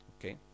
Okay